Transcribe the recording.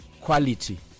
quality